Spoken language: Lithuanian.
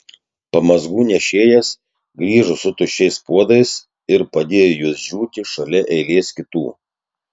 pamazgų nešėjas grįžo su tuščiais puodais ir padėjo juos džiūti šalia eilės kitų